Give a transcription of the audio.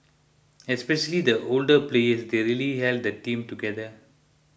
especially the older players they really held the team together